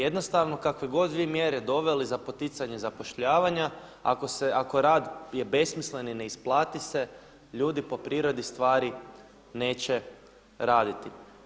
Jednostavno kakve god vi mjere doveli za poticanje zapošljavanja ako rad je besmislen i ne isplati se, ljudi po prirodi stvari neće raditi.